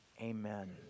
amen